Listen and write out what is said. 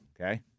okay